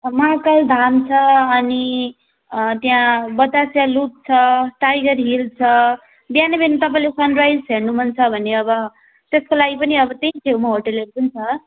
महाकाल धाम छ अनि त्यहाँ बतासिया लुप छ टाइगर हिल छ बिहान बिहान तपाईँलाई सनराइज हेर्नु मन छ भने अब त्यसको लागि पनि अब त्यही छेउमा होटेलहरू पनि छ